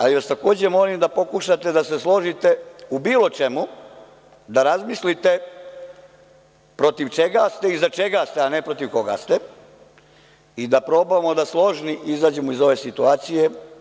Molim, takođe, da se složite u bilo čemu, da razmislite protiv čega ste i za čega ste, a ne protiv koga ste i da probamo da složni izađemo iz ove situacije.